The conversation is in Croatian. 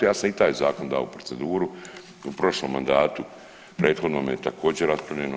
Ja sam i taj zakon dao u proceduru u prošlom mandatu prethodnome također je raspravljeno.